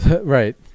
Right